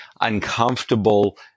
uncomfortable